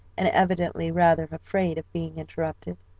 and evidently rather afraid of being interrupted.